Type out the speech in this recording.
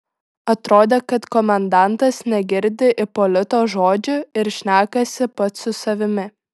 atrodė kad komendantas negirdi ipolito žodžių ir šnekasi pats su savimi